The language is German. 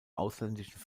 ausländischen